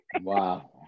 Wow